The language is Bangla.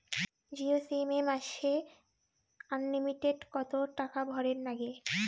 জিও সিম এ মাসে আনলিমিটেড কত টাকা ভরের নাগে?